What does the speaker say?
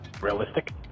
Realistic